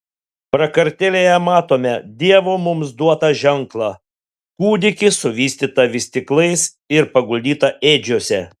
prakartėlėje matome dievo mums duotą ženklą kūdikį suvystytą vystyklais ir paguldytą ėdžiose